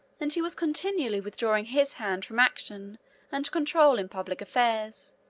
and he was continually withdrawing his hand from action and control in public affairs,